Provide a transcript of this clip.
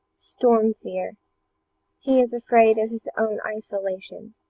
storm fear he is afraid of his own isolation.